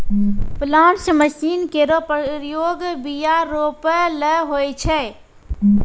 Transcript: planters machine केरो प्रयोग बीया रोपै ल होय छै